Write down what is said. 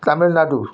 Tamil Nadu